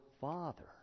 Father